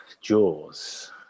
Jaws